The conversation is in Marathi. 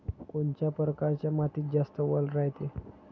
कोनच्या परकारच्या मातीत जास्त वल रायते?